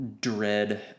dread